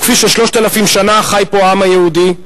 וכפי ש-3,000 שנה חי פה העם היהודי,